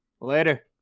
Later